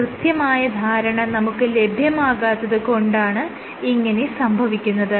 ഒരു കൃത്യമായ ധാരണ നമുക്ക് ലഭ്യമല്ലാത്തത് കൊണ്ടാണ് ഇങ്ങനെ സംഭവിക്കുന്നത്